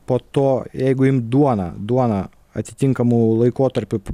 po to jeigu imt duoną duona atitinkamu laikotarpiu